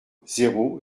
zéro